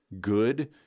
good